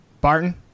Barton